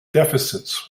deficits